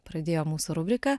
pradėjo mūsų rubriką